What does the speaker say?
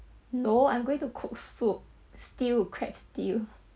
no I'm going to cook soup stew crabs stew